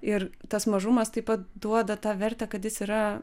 ir tas mažumas taip pat duoda tą vertę kad jis yra